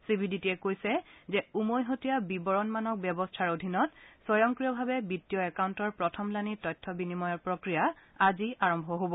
C B D টিয়ে কৈছে যে উমৈহতীয়া বিৱৰণমানক ব্যৱস্থাৰ অধীনত স্বয়ংক্ৰিয়ভাৱে বিত্তীয় একাউণ্টৰ প্ৰথমলানি তথ্য বিনিময়ৰ প্ৰক্ৰিয়া আজি আৰম্ভ হব